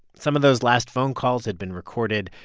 some of those last phone calls had been recorded.